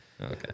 Okay